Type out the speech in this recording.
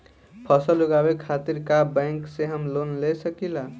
फसल उगावे खतिर का बैंक से हम लोन ले सकीला?